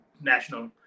national